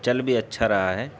چل بھی اچھا رہا ہے